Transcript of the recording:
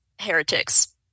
heretics